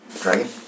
Dragon